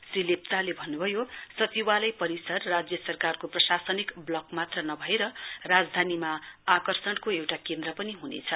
श्री लेप्चाले भन्न्भयो सचिवालय परिसर राज्य सरकारको प्रशासनिक ब्लक मात्र नभएर राजधानीमा आकर्षणको एउटा केन्द्र पनि ह्नेछ